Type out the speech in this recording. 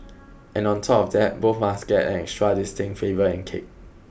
and on top of that both must get an extra distinct flavour and kick